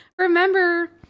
remember